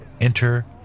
enter